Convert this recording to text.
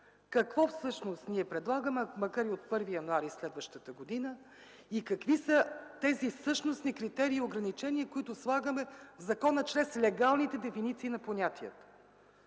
какво всъщност предлагаме ние, макар и от 1 януари следващата година, и какви са тези същностни критерии и ограничения, които слагаме в закона чрез легалните дефиниции на понятията.